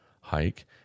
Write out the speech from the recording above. hike